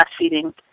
breastfeeding